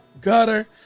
Gutter